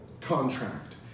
contract